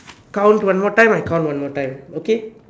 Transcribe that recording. count one more time I count one more time okay